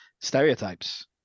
stereotypes